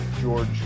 George